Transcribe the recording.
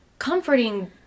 comforting